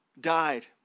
died